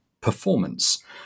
performance